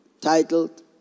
titled